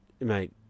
Mate